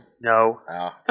No